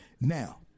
Now